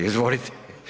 Izvolite.